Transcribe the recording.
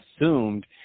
assumed